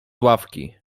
ławki